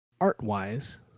Art-wise